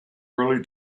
early